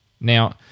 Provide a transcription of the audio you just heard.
Now